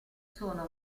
sono